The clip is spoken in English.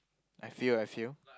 I feel I feel